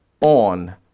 on